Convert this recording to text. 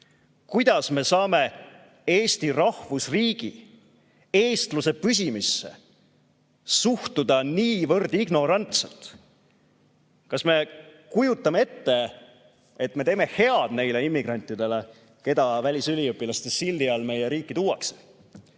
Kuidas me saame Eesti rahvusriigi, eestluse püsimisse suhtuda niivõrd ignorantselt? Kas me kujutame ette, et me teeme head neile immigrantidele, keda välisüliõpilaste sildi all meie riiki tuuakse?